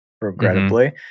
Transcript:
regrettably